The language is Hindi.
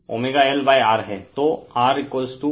तो Rω0 LQ हैं